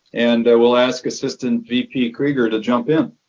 and we'll ask assistant vp krueger to jump in.